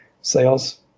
sales